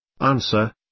Answer